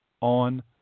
on